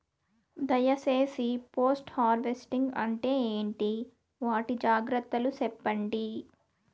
దయ సేసి post harvesting అంటే ఏంటి? వాటి జాగ్రత్తలు సెప్పండి?